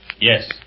yes